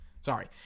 Sorry